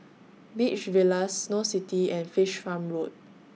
Beach Villas Snow City and Fish Farm Road